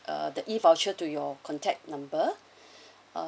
uh the E voucher to your contact number uh